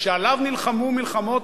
שעליו נלחמו מלחמות,